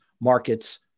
markets